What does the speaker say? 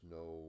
no